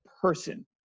person